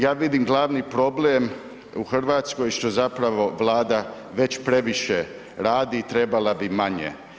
Ja vidim glavni problem u Hrvatskoj što zapravo Vlada već previše radi i trebala bi manje.